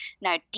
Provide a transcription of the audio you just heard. now